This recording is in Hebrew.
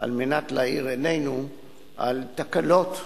על מנת להאיר עינינו על תקלות,